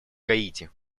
гаити